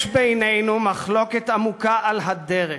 יש בינינו מחלוקת עמוקה על הדרך.